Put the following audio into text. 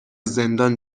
زندان